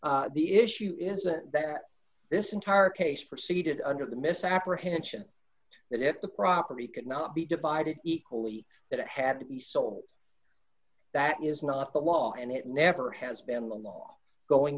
time the issue isn't that this entire case proceeded under the misapprehension that if the property could not be divided equally that it had to be sold that is not the law and it never has been the law going